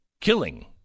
killing